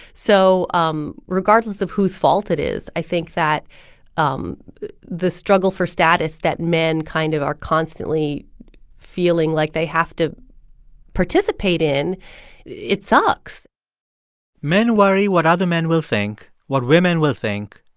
so um regardless of whose fault it is, i think that um the struggle for status that men kind of are constantly feeling like they have to participate in it sucks men worry what other men will think, what women will think,